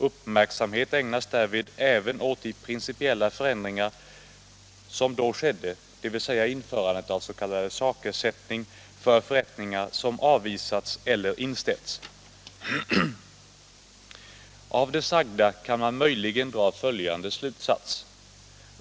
Uppmärksamhet ägnas därvid även åt de principiella förändringar som då skedde, dvs. införandet av s.k. sakersättning för förrättningar som avvisats eller inställts. Av det sagda kan man möjligen dra följande slutsats.